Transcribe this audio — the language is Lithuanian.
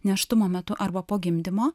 nėštumo metu arba po gimdymo